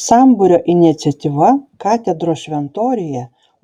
sambūrio iniciatyva katedros šventoriuje